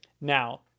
Now